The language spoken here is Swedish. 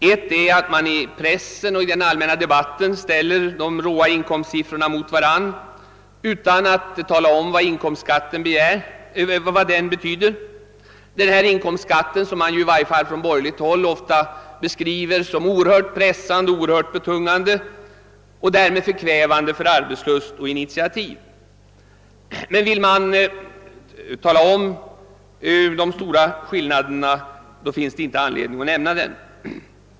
Ett sådant är att man i pressen och den allmänna debatten ställer de råa inkomstsiffrorna mot varandra utan att tala om vad inkomstskatten betyder — denna inkomstskatt som man i varje fall från borgerligt håll ofta beskriver som oerhört pressande och betungande och därmed förkvävande arbetslust och initiativ. Men vill man betona de stora skillnaderna finns det uppenbarligen inte anledning att nämna den.